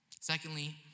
Secondly